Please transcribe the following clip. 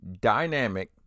dynamic